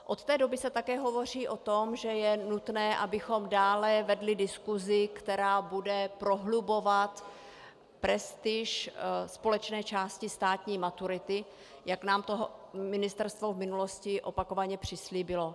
Od té doby se také hovoří o tom, že je nutno, abychom dále vedli diskusi, která bude prohlubovat prestiž společné části státní maturity, jak nám to ministerstvo v minulosti opakovaně přislíbilo.